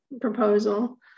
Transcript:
proposal